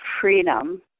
freedom